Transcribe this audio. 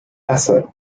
asset